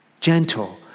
gentle